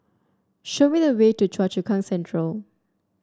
show me the way to Choa Chu Kang Central